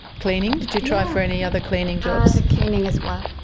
cleaning? did you try for any other cleaning jobs? cleaning as well,